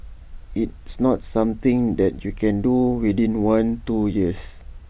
it's not something that you can do within one two years